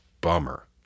Bummer